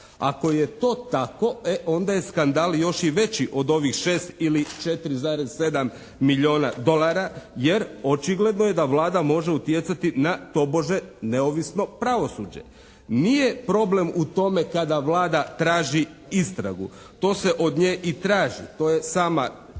Ako je to tako e onda je skandal još i veći od ovih 6 ili 4,7 milijuna dolara, jer očigledno je da Vlada može utjecati na tobože neovisno pravosuđe. Nije problem u tome kada Vlada traži istragu. To se od nje i traži. To je sam trebala